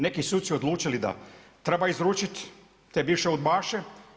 Neki suci odlučili treba izručiti te bivše udbaše.